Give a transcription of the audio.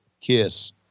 Kiss